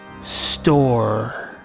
Store